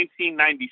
1997